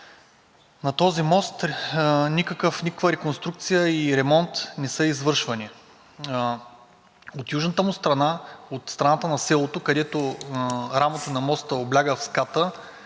на този мост никаква реконструкция и ремонт не са извършвани. От южната му страна, от страната на селото, където рамото на моста се обляга в ската,